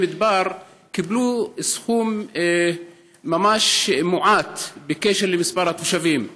מדבר קיבלו סכום ממש מועט ביחס למספר התושבים.